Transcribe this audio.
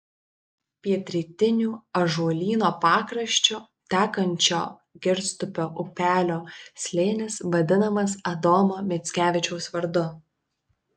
pietrytiniu ąžuolyno pakraščiu tekančio girstupio upelio slėnis vadinamas adomo mickevičiaus vardu